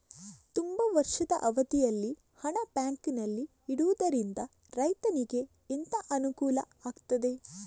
ತುಂಬಾ ವರ್ಷದ ಅವಧಿಯಲ್ಲಿ ಹಣ ಬ್ಯಾಂಕಿನಲ್ಲಿ ಇಡುವುದರಿಂದ ರೈತನಿಗೆ ಎಂತ ಅನುಕೂಲ ಆಗ್ತದೆ?